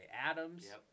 Adams